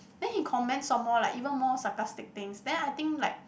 then he comment some more like even more sarcastic things then I think like